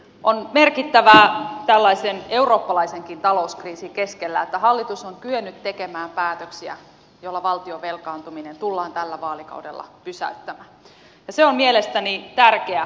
on merkittävää tällaisen eurooppalaisenkin talouskriisin keskellä että hallitus on kyennyt tekemään päätöksiä joilla valtion velkaantuminen tullaan tällä vaalikaudella pysäyttämään ja se on mielestäni tärkeä tulevaisuusteko